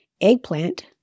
Eggplant